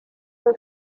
for